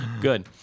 Good